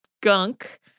gunk